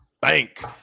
bank